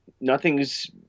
nothing's